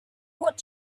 what